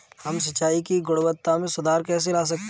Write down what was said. हम सिंचाई की गुणवत्ता में सुधार कैसे ला सकते हैं?